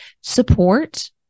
support